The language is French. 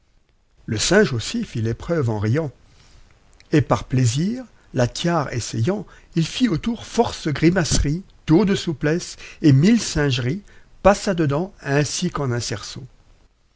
le singe aussi fit l'épreuve en riant et par plaisir la tiare essayant il fît autour force grimaceries tours de souplesse et mille singeries passa dedans ainsi qu'en un cerceau